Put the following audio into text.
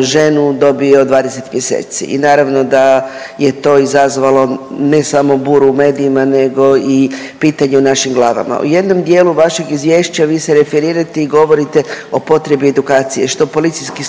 ženu dobio 20 mjeseci. I naravno da je to izazvalo ne samo buru u medijima, nego i pitanje u našim glavama. U jednom dijelu vašeg izvješća vi se referirate i govorite o potrebi edukacije što policijskih